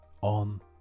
on